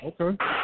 Okay